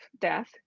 death